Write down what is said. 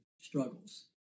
struggles